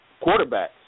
quarterbacks